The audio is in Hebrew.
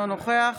אינו נוכח